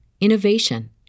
innovation